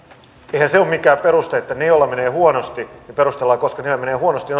eihän se ole mikään peruste että otetaan heiltä joilla menee huonosti vielä enemmän pois päältä koska heillä menee huonosti